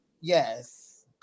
Yes